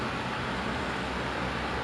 macam macam ah